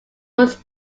was